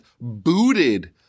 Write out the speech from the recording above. booted